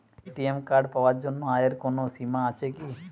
ATM card পাওয়ার জন্য আয়ের কোনো সীমা আছে কি?